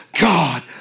God